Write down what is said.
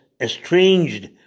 estranged